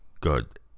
good